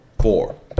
four